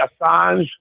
Assange